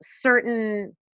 certain